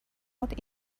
هات